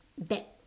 that